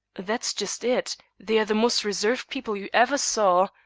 that's just it they are the most reserved people you ever saw.